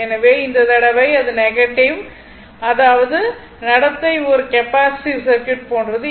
எனவே இந்த தடவை இது நெகட்டிவ் அதாவது நடத்தை ஒரு கெப்பாசிட்டிவ் சர்க்யூட் போன்றது